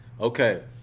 Okay